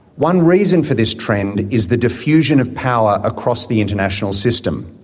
one reason for this trend is the diffusion of power across the international system.